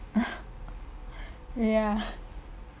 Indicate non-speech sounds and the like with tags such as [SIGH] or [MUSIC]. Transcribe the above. [LAUGHS] ya